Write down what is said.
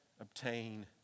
obtain